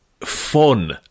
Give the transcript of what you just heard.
fun